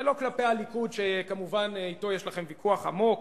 זה לא כלפי הליכוד, שכמובן אתו יש לכם ויכוח עמוק,